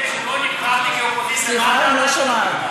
אם את חושבת שלא נבחרתי כאופוזיציה, מה הטענה שלך?